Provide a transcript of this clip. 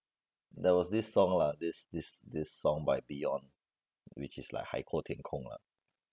there was this song lah this this this song by beyond which is like 海过天空 lah